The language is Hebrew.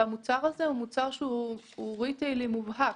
המוצר הזה הוא מוצר שהוא ריטיילי מובהק.